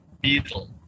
beetle